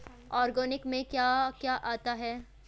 Organic में क्या क्या आता है?